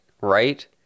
right